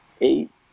eight